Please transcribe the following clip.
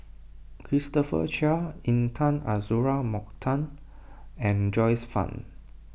Christopher Chia Intan Azura Mokhtar and Joyce Fan